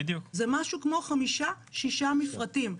זה משהו כמו 5-6 מפרטים.